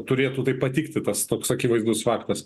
turėtų patikti tas toks akivaizdus faktas